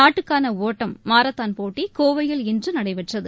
நாட்டுக்கானஒட்டம் marathon போட்டிகோவையில் இன்றுநடைபெற்றது